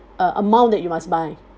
uh amount that you must buy